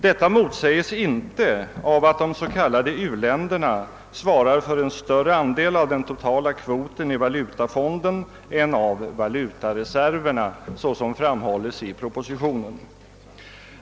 Detta motsäges inte av att de s.k. u-länderna svarar för en större andel av den totala kvoten i valutafonden än av valutareserverna, såsom framhålles i propositionen.